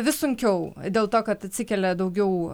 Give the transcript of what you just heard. vis sunkiau dėl to kad atsikelia daugiau